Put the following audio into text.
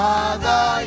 Father